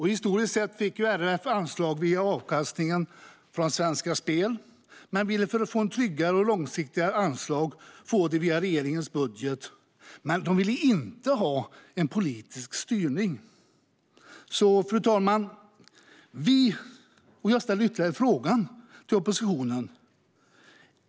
Historiskt sett fick RF anslag via avkastningen från Svenska Spel, men de ville för att få ett tryggare och långsiktigare anslag få det via regeringens budget. Men de ville inte ha en politisk styrning. Fru talman! Jag vill ställa en fråga till oppositionen.